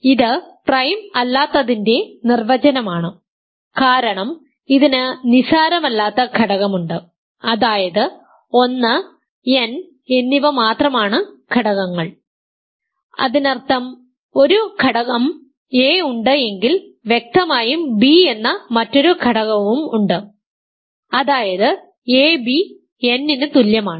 ഇത് പ്രൈം അല്ലാത്തതിനെ നിർവചനമാണ് കാരണം ഇതിന് നിസ്സാരമല്ലാത്ത ഘടകമുണ്ട് അതായത് ഒന്ന് n എന്നിവ മാത്രമാണ് ഘടകങ്ങൾ അതിനർത്ഥം ഒരു ഘടകം a ഉണ്ട് എങ്കിൽ വ്യക്തമായും b എന്ന മറ്റൊരു ഘടകവും ഉണ്ട് അതായത് ab n ന് തുല്യമാണ്